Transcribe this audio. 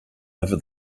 over